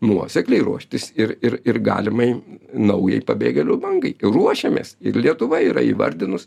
nuosekliai ruoštis ir ir ir galimai naujai pabėgėlių bangai ruošiamės ir lietuva yra įvardinus